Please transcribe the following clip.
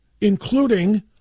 including